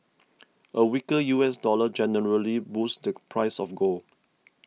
a weaker U S dollar generally boosts the price of gold